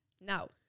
Now